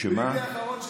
ביולי האחרון,